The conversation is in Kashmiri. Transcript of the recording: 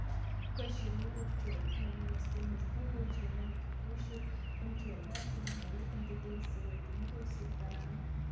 کٲشِر لوٗکھ چھِ پَنٕنۍ یۄس تِہٕنز بوٗلۍ چھےٚ یعنی کہِ کٲشُر تِم چھِ باقین لُکَن تہِ تَمہِ سۭتۍ مُتٲثر کران